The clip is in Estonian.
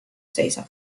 seisab